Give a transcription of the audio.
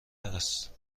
است